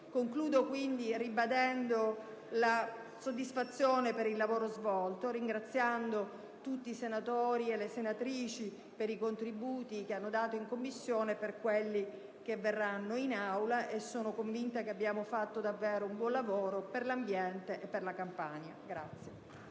Concludo ribadendo la soddisfazione per il lavoro svolto, ringraziando tutti i senatori e tutte le senatrici per i contributi forniti in Commissione e per quelli che verranno in Aula. Sono convinta che abbiamo fatto davvero un buon lavoro per l'ambiente e per la Campania.